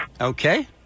Okay